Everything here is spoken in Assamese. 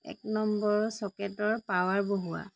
এক নম্বৰৰ ছকেটৰ পাৱাৰ বঢ়োৱা